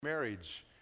marriage